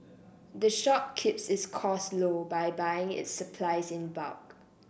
the shop keeps its costs low by buying its supplies in bulk